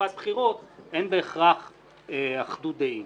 בתקופת בחירות אין בהכרח אחדות דעים.